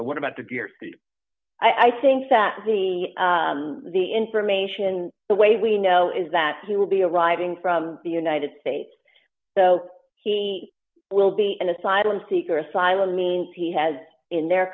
no what about the b r c i think that the the information the way we know is that he will be arriving from the united states so he will be an asylum seeker asylum means he has in their